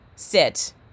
sit